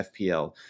FPL